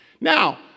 Now